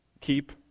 keep